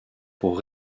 pour